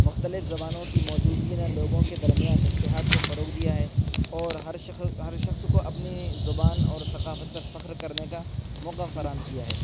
مختلف زبانوں کی موجودگی نے لوگوں کے درمیان اتحاد کو فروغ دیا ہے اور ہر ہر شخص کو اپنی زبان اور ثقافت پر فخر کرنے کا موقع فراہم کیا ہے